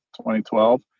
2012